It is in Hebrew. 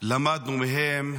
למדנו מהם,